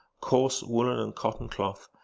coarse woolen and cotton cloth,